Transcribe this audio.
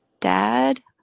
dad